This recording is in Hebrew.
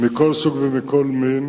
מכל סוג ומכל מין,